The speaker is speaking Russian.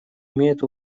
имеет